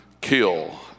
kill